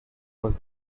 was